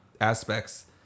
aspects